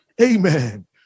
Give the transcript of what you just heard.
Amen